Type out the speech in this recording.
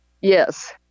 Yes